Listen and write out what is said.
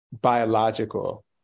Biological